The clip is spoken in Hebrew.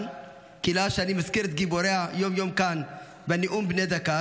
קהילה שאני מזכיר את גיבוריה כאן יום-יום בנאום בן דקה,